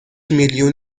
میلیون